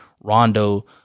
Rondo